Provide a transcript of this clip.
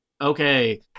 Okay